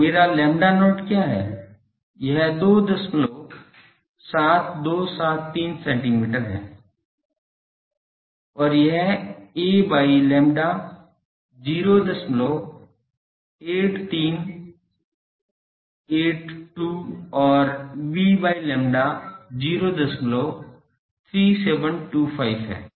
और मेरा lambda not क्या है यह 27273 सेंटीमीटर है और यह a by lambda 08382 और b by lambda 03725 है